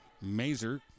Mazer